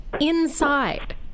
inside